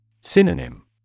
Synonym